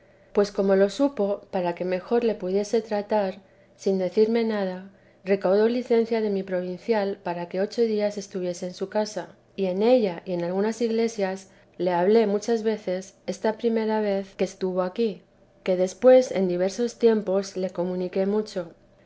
pues como lo supo para que mejor le pudiese tratar sin decirme nada recaudó licencia de mi provincial para que ocho días estuviese en su casa y en ella y en algunas iglesias le hablé muchas veces esta primera vez que estuvo aquí que después en diversos tiempos le comuniqué mucho